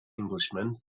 englishman